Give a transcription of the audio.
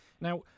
now